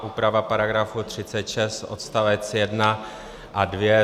Úprava § 36 odst. 1 a 2.